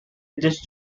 edges